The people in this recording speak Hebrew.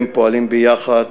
והם פועלים ביחד,